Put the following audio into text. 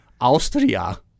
Austria